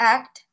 Act